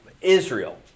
Israel